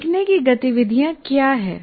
सीखने की गतिविधियाँ क्या हैं